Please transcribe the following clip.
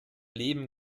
leben